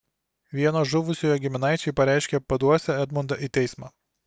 vieno žuvusiojo giminaičiai pareiškė paduosią edmundą į teismą